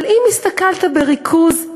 אבל אם הסתכלת בריכוז,